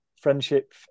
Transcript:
friendship